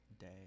day